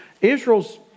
Israel's